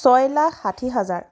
ছয় লাখ ষাঠি হজাৰ